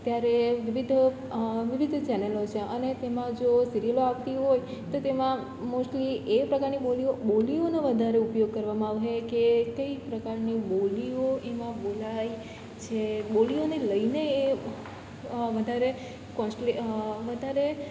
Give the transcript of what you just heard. ત્યારે વિવિધો વિવિધ ચેનલો છે અને તેમાં જો સિરિયલો આવતી હોય તો તેમાં મોસ્ટલી એ પ્રકારની બોલીઓ બોલીઓનો વધારે ઉપયોગ કરવામાં આવશે કે કઈ પ્રકારની બોલીઓ એમાં બોલાય છે બોલીઓને લઈને એ વધારે કોસ્ટલી વધારે